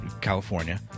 California